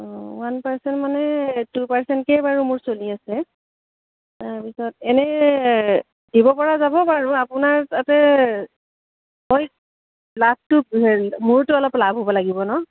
অঁ one percent মানে two পাৰ্চেণ্টকে বাৰু মোৰ চলি আছে তাৰপিছত এনে দিব পৰা যাব বাৰু আপোনাৰ তাতে মই লাভটো মোৰতো অলপ লাভ হ'ব লাগিব ন